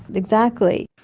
exactly.